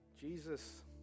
Jesus